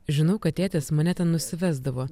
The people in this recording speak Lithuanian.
žinau kad tėtis mane ten nusivesdavo